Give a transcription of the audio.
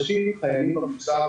ראשית חיילים במוצב,